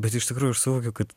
bet iš tikrųjų aš suvokiu kad